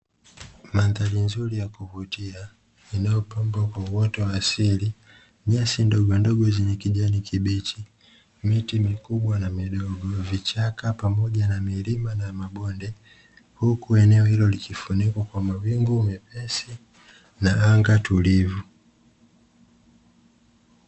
Mandhari nzuri ya kuvutia inayopambwa kwa uoto wa asili, nyasi ndogondogo zenye kijani kibichi, miti mikubwa na midogo, vichaka pamoja na milima na mabonde huku eneo hilo likifunikwa kwa mawingu mepesi na anga tulivu.